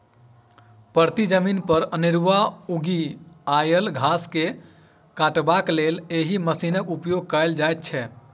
परती जमीन पर अनेरूआ उगि आयल घास के काटबाक लेल एहि मशीनक उपयोग कयल जाइत छै